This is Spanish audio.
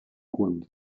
juan